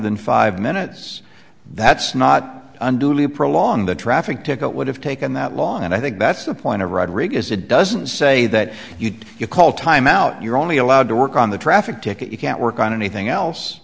than five minutes that's not unduly prolonged the traffic ticket would have taken that long and i think that's the point to rodriguez it doesn't say that you did you call time out you're only allowed to work on the traffic ticket you can't work on anything else